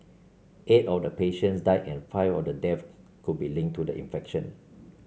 eight of the patients died and five of the deaths could be linked to the infection